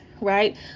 right